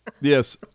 Yes